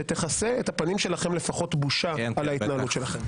שתכסה את הפנים שלכם לפחות בושה על ההתנהלות שלכם.